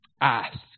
Ask